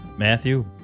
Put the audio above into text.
Matthew